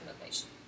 location